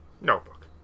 Notebook